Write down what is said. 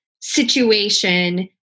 situation